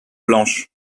blanches